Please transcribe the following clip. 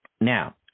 Now